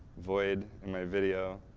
void in my video,